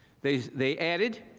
they they added,